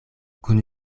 kun